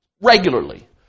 regularly